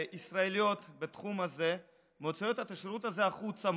ישראליות בתחום הזה מוציאות את השירות הזה החוצה,